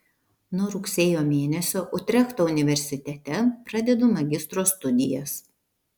nuo rugsėjo mėnesio utrechto universitete pradedu magistro studijas